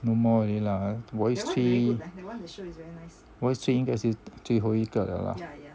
no more already lah voice three voice three 应该是最后一个了啦